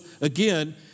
again